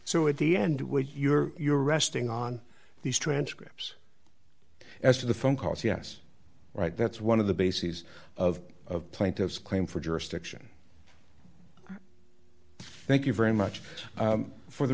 so at the end when you're resting on these transcripts as to the phone calls yes right that's one of the bases of of plaintiff's claim for jurisdiction thank you very much for the